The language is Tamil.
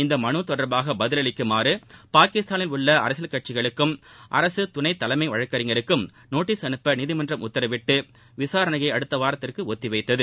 இந்த மனு தொடர்பாக பதிலளிக்குமாறு பாகிஸ்தானில் உள்ள அரசியல் கட்சிகளுக்கும் அரசு துணை தலைமை வழக்கறிஞருக்கும் நோட்டீஸ் அனுப்ப நீதிமன்றம் உத்தரவிட்டு விசாரணையை அடுத்த வாரத்திற்கு ஒத்தி வைத்தது